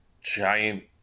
giant